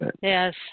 Yes